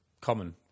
Common